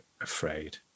afraid